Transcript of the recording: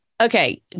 Okay